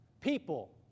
people